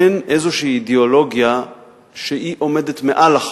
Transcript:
שאין אידיאולוגיה כלשהי שעומדת מעל החוק,